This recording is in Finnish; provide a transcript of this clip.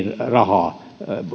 rahaa